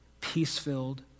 peace-filled